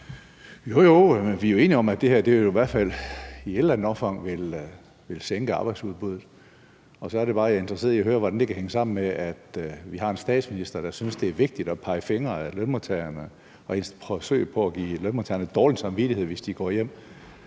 Ja, vi er jo enige om, at det her i hvert fald i et eller andet omfang vil sænke arbejdsudbuddet. Så er det bare, jeg er interesseret i høre, hvordan det kan hænge sammen med, at vi har en statsminister, der synes, det er vigtigt at pege fingre af lønmodtagerne i et forsøg på at give dem dårlig samvittighed, hvis de går hjem